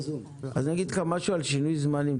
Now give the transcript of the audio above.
אגיד לך משהו על שינוי זמנים.